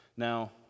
Now